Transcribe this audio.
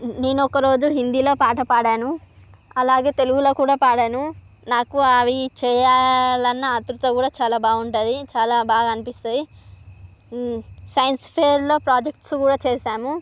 నేను ఒక రోజు హిందీలో పాట పాడాను అలాగే తెలుగులో కూడా పాడాను నాకు అవి చేయాలన్న ఆత్రుత కూడా చాలా బాగుంటది చాలా బాగా అనిపిస్తది సైన్స్ ఫెయిర్లో ప్రాజెక్ట్స్ కూడా చేసాము